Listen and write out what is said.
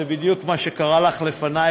זה בדיוק מה שקרה לך לפני,